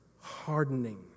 hardening